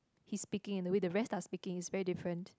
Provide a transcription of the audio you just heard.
he is speaking and the way the rest does speaking is very different